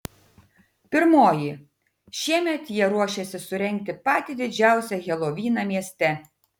pirmoji šiemet jie ruošiasi surengti patį didžiausią helovyną mieste